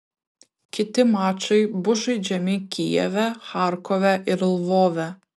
kiti mačai bus žaidžiami kijeve charkove ir lvove